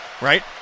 right